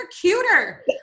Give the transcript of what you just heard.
cuter